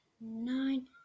nine